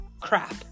crap